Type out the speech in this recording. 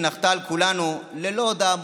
שנחתה על כולנו ללא הודעה מוקדמת,